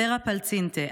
ורה פלצינטה,